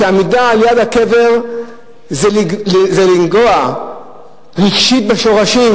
מפני שעמידה ליד הקבר זה לנגוע רגשית בשורשים.